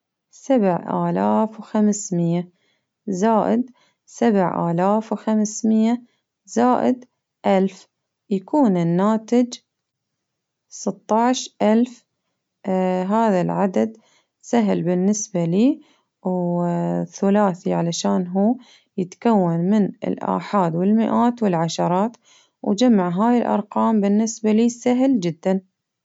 سبع آلاف وخمسمائة زائد سبع آلاف وخمسمائة زائد ألف يكون الناتج ستة عشر ألف، هذا العدد سهل بالنسبة لي، و ثلاثي علشان هو يتكون من الآحاد والمئات والعشرات وجمع هاي الأرقام بالنسبة لي سهل جدا.